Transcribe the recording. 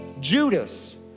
Judas